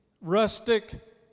rustic